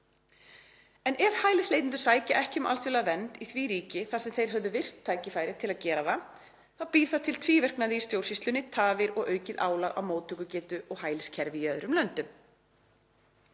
En ef hælisleitendur sækja ekki um alþjóðlega vernd í ríki þar sem þeir höfðu virkt tækifæri til að gera það, þá [skapar það tvíverknað] í stjórnsýslunni, tafir og aukið álag á móttökugetu og hæliskerfi í ólíkum löndum.